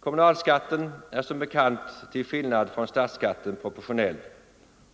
Kommunalskatten är som bekant till skillnad från statsskatten proportionell